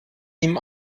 ihm